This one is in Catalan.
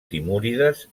timúrides